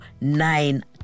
nine